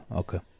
okay